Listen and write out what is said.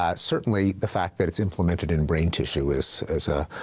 ah certainly the fact that it's implemented in brain tissue is a